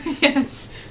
Yes